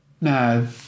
No